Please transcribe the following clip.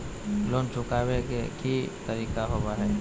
Loan चुकाबे के की तरीका होबो हइ?